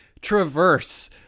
traverse